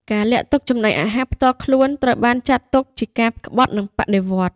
ការលាក់ទុកចំណីអាហារផ្ទាល់ខ្លួន ត្រូវបានចាត់ទុកជាការក្បត់នឹងបដិវត្តន៍។